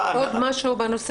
עלינו?